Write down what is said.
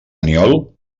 aniol